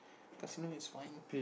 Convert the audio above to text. does he know it's following you